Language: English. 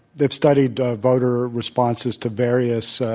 they've studied voter responses to various